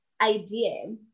idea